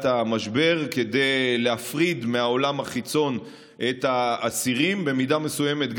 המשבר כדי להפריד את האסירים מהעולם החיצון,